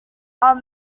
are